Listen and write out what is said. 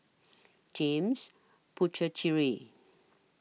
James Puthucheary